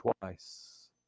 twice